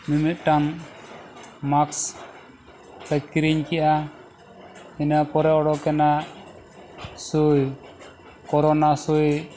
ᱢᱤᱢᱤᱫᱴᱟᱝ ᱢᱟᱠᱥ ᱞᱮ ᱠᱤᱨᱤᱧ ᱠᱮᱜᱼᱟ ᱤᱱᱟᱹ ᱯᱚᱨᱮ ᱚᱰᱚᱠ ᱮᱱᱟ ᱥᱩᱭ ᱠᱳᱨᱳᱱᱟ ᱥᱩᱭ